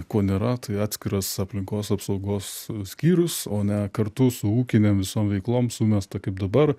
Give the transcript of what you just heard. ko nėra tai atskiras aplinkos apsaugos skyrius o ne kartu su ūkinėm visom veiklom sumesta kaip dabar